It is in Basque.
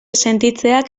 sentitzeak